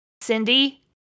Cindy